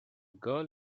girl